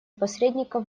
посредников